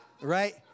right